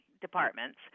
departments